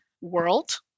world